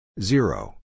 Zero